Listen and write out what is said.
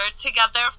together